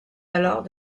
alors